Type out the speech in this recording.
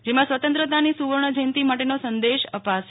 જેમાં સ્વતંત્રતાની સુવર્ણ જયંતી માટેનો સંદેશ અપાશે